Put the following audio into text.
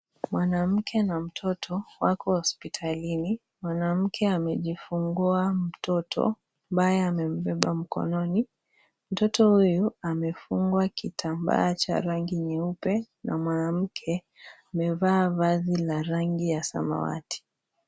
Mwanamke na mtoto wako hospitalini, mwanamke amejifungua mtoto ambaye amembeba mkononi .Mtoto huyu amefungwa kitambaa cha rangi nyeupe na mwanamke amevaa vazi la rangi ya samawati.